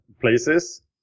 places